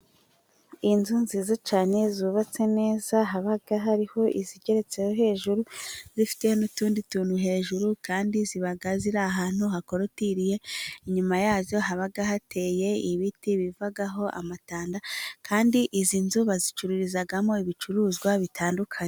Inzu nziza cyane zubatse neza, haba hariho izigereretse hejuru zifite n'utundi tuntu. Hejuru kandi ziba ziri ahantu hakorutiriye. Inyuma yazo haba hateye ibiti bivaho amatanda kandi izi nzu bazicururizamo ibicuruzwa bitandukanye.